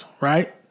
right